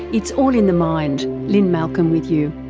it's all in the mind, lynne malcolm with you.